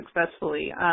successfully